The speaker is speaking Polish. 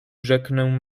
rzeknę